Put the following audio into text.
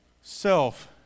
Self